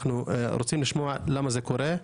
אנחנו רוצים לשמוע למה זה קורה?